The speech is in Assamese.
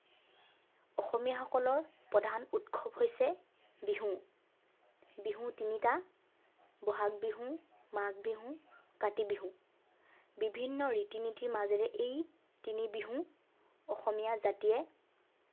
অসমীয়াসকলৰ প্ৰধান উৎসৱ হৈছে বিহু বিহু তিনিটা ব'হাগ বিহু মাঘ বিহু কাতি বিহু বিভিন্ন ৰীতি নীতিৰ মাজেৰে এই তিনি বিহু অসমীয়া জাতিয়ে